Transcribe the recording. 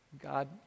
God